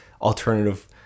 alternative